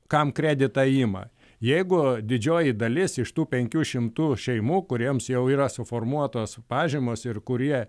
kam kreditą ima jeigu didžioji dalis iš tų penkių šimtų šeimų kuriems jau yra suformuotos pažymos ir kurie